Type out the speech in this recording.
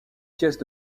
pièces